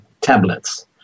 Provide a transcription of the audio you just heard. tablets